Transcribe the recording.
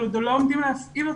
אבל לא עומדים להפעיל אותו.